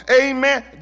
Amen